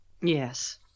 Yes